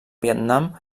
vietnam